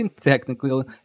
technically